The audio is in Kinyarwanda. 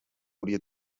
buryo